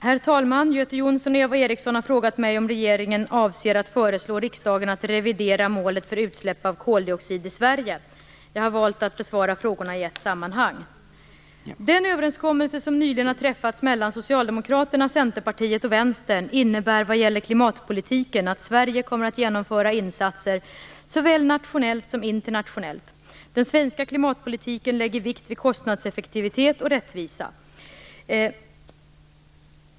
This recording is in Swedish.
Herr talman! Göte Jonsson och Eva Eriksson har frågat mig om regeringen avser att föreslå riksdagen att revidera målet för utsläpp av koldioxid i Sverige. Jag har valt att besvara frågorna i ett sammanhang. Den överenskommelse som nyligen har träffats mellan Socialdemokraterna, Centerpartiet och Vänstern innebär vad gäller klimatpolitiken att Sverige kommer att genomföra insatser såväl nationellt som internationellt. Den svenska klimatpolitiken lägger vikt vid kostnadseffektivitet och rättvisa.